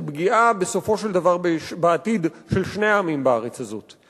הוא פגיעה בסופו של דבר בעתיד של שני העמים בארץ הזאת.